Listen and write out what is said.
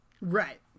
right